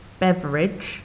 beverage